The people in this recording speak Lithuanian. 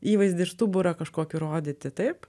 įvaizdį ir stuburą kažkokį rodyti taip